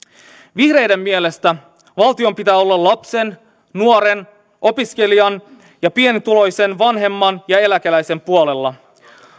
vihreiden mielestä valtion pitää olla lapsen nuoren opiskelijan ja pienituloisen vanhemman ja eläkeläisen puolella